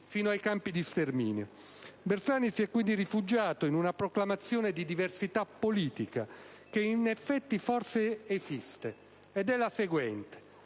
fino ai campi di sterminio. Bersani, quindi, si è rifugiato in una proclamazione di diversità politica che, in effetti, forse esiste. Ed è la seguente.